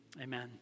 Amen